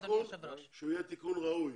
שיהיה תיקון ראוי